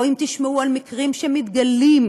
או אם תשמעו על מקרים שמתגלים,